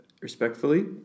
respectfully